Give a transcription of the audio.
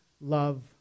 love